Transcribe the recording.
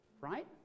right